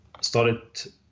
started